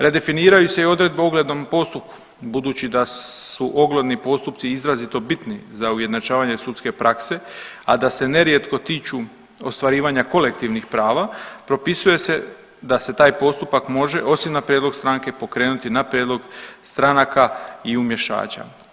Redefiniraju se i odredbe o oglednom postupku budući da su ogledni postupci izrazito bitni za ujednačavanje sudske prakse, a da se nerijetko tiču ostvarivanja kolektivnih prava propisuje se da se taj postupak može osim na prijedlog stranke pokrenuti na prijedlog stranaka i umješača.